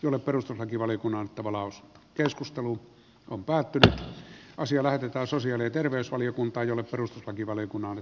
dole perustuslakivaliokunnan tavallaan keskustelu kompaktimpi asia lähetetään sosiaali ja terveysvaliokunta jolle perustuslakivaliokunnan